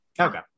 Okay